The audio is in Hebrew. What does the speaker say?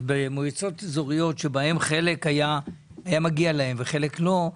במועצות האזוריות שבהן לחלק היה מגיע ולחלק לא.